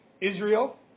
Israel